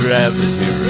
Gravity